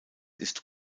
ist